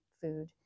food